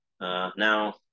Now